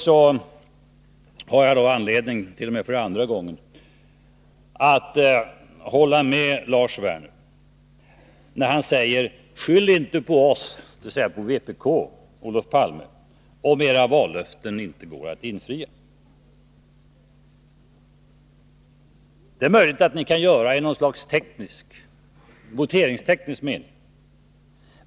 Jag har för andra gången i dag anledning att hålla med Lars Werner när han säger: Skyll inte på oss, Olof Palme, om era vallöften inte går att infria! Det är möjligt att det ur socialdemokraternas synpunkt är så i voteringsteknisk mening.